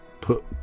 put